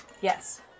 Yes